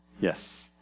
Yes